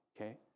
okay